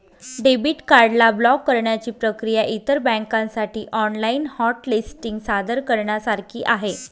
debit card ला block करण्याची प्रक्रिया इतर बँकांसाठी ऑनलाइन हॉट लिस्टिंग सादर करण्यासारखी आहे